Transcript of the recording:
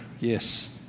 Yes